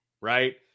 right